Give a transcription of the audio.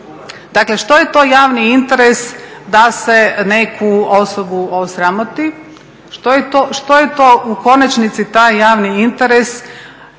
Dakle, što je to javni interes da se neku osobu osramoti, što je to u konačnici taj javni interes